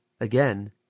again